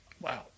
Wow